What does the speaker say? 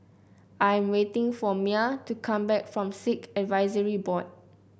I am waiting for Myah to come back from Sikh Advisory Board